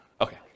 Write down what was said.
Okay